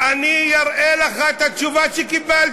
זה שהם לא מימשו, אני אראה לך את התשובה שקיבלתי.